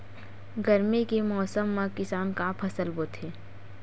गरमी के मौसम मा किसान का फसल बोथे?